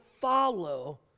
follow